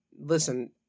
listen